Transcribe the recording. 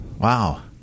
Wow